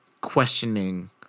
questioning